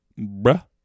Bruh